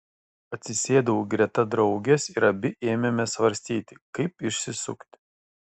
atsisėdau greta draugės ir abi ėmėme svarstyti kaip išsisukti